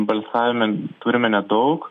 balsavime turime nedaug